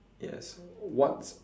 yes what